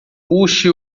puxe